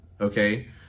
okay